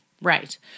Right